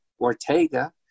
Ortega